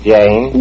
Jane